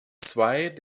zwei